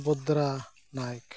Subhadra Nayak